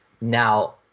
Now